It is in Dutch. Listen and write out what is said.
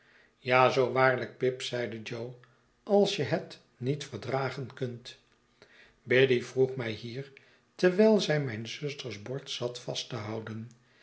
ja zoo waarlijk pip zeide jo als jehet niet verdragen kunt biddy vroeg mij hier terwijl zij mijn zusters bord zat vast te houden